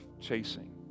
chasing